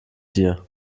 dir